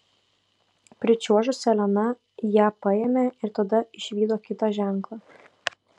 pričiuožusi elena ją paėmė ir tada išvydo kitą ženklą